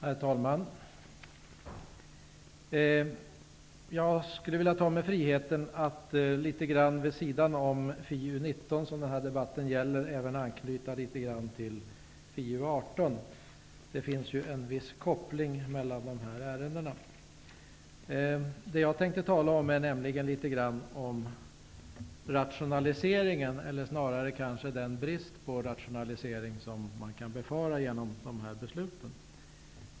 Herr talman! Jag skulle vilja ta mig friheten att vid sidan av finansutskottets betänkande 19, vilket den här debatten gäller, även anknyta litet grand till FiU18. Det finns ju en viss koppling mellan dessa ärenden. Jag tänkte nämligen tala om rationaliseringen eller snarare kanske den brist på rationalisering som man kan befara blir följden av de beslut som föreslås.